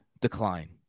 decline